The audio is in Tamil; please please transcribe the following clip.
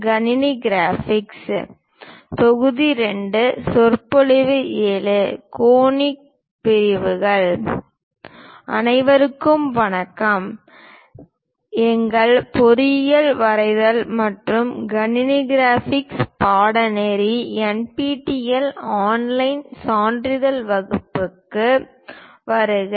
கோனிக் பிரிவுகள் நான் அனைவருக்கும் வணக்கம் எங்கள் பொறியியல் வரைதல் மற்றும் கணினி கிராபிக்ஸ் பாடநெறி NPTEL ஆன்லைன் சான்றிதழ் படிப்புகளுக்கு வருக